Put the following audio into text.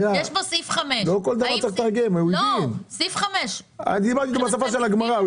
יש פה סעיף 5. דיברנו בשפה של הגמרא.